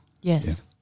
Yes